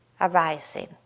arising